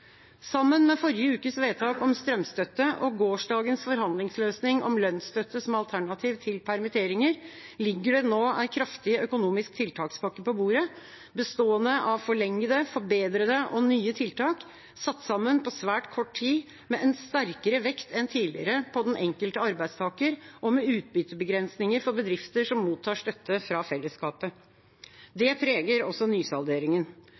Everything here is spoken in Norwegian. Sammen med forrige ukes vedtak om strømstøtte og gårsdagens forhandlingsløsning om lønnsstøtte som alternativ til permitteringer ligger det nå en kraftig økonomisk tiltakspakke på bordet, bestående av forlengede, forbedrede og nye tiltak, satt sammen på svært kort tid, med en sterkere vekt enn tidligere på den enkelte arbeidstaker og med utbyttebegrensninger for bedrifter som mottar støtte fra fellesskapet. Det preger også nysalderingen.